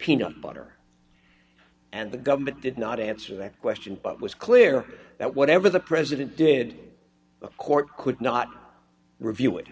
peanut butter and the government did not answer that question but was clear that whatever the president did the court could not review it